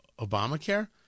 Obamacare